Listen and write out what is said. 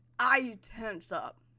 i tense up.